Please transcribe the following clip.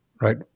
right